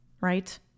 right